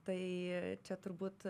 tai čia turbūt